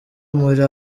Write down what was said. muri